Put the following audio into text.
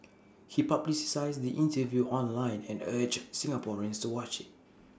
he publicised the interview online and urged Singaporeans to watch IT